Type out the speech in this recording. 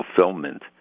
fulfillment